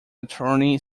attorney